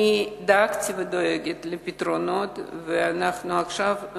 אני דאגתי ודואגת לפתרונות, ואנחנו עכשיו,